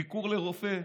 ביקור רופא,